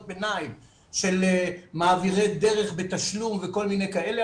ביניים של מעבירי דרך בתשלום וכל מיני כאלה,